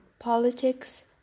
politics